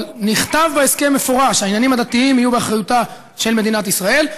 אבל נכתב בהסכם במפורש: העניינים הדתיים יהיו באחריותה של מדינת ישראל.